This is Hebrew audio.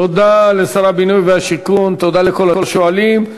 תודה לשר הבינוי והשיכון, תודה לכל השואלים.